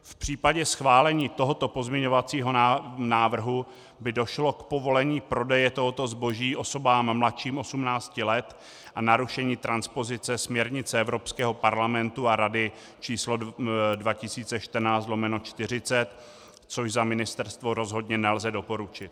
V případě schválení tohoto pozměňovacího návrhu by došlo k povolení prodeje tohoto zboží osobám mladším 18 let a narušení transpozice směrnice Evropského parlamentu a Rady číslo 2014/40, což za ministerstvo rozhodně nelze doporučit.